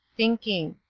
thinking.